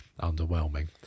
underwhelming